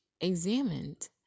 examined